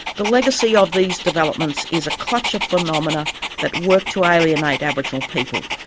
the legacy of these developments is a clutch of phenomena that work to alienate aboriginal people,